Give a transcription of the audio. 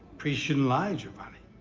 priest shouldn't lie, giovanni.